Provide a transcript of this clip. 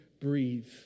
breathe